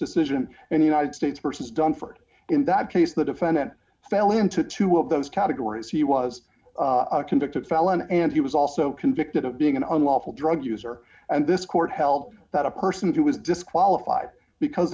decision in the united states versus dunford in that case the defendant fell into two of those categories he was a convicted felon and he was also convicted of being an unlawful drug user and this court held that a person who was disqualified because